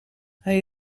hij